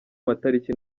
matariki